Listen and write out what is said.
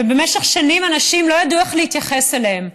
ובמשך שנים אנשים לא ידעו איך להתייחס אליהם,